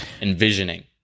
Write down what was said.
envisioning